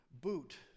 boot